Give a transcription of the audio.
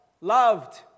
loved